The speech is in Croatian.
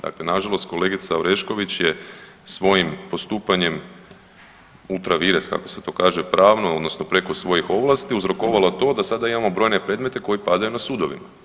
Dakle, nažalost kolegica Orešković je svojim postupanjem…/Govori stranim jezikom./… kako se to kaže pravno, odnosno preko svojih ovlasti uzrokovala to da sada imamo brojne predmete koji padaju na Sudovima.